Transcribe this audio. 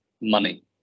money